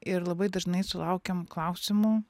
ir labai dažnai sulaukiam klausimų